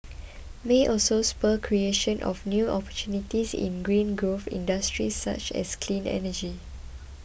may also spur creation of new opportunities in green growth industries such as clean energy